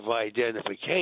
identification